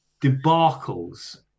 debacles